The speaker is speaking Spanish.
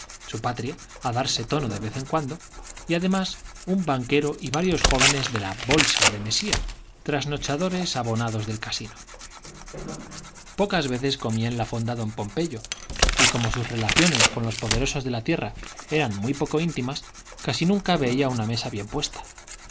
su patria a darse tono de vez en cuando y además un banquero y varios jóvenes de la bolsa de mesía trasnochadores abonados del casino pocas veces comía en la fonda don pompeyo y como sus relaciones con los poderosos de la tierra eran muy poco íntimas casi nunca veía una mesa bien puesta